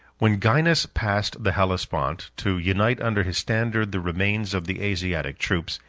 when gainas passed the hellespont, to unite under his standard the remains of the asiatic troops,